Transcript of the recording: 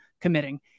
committing